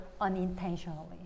unintentionally